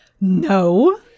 no